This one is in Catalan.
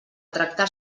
tractar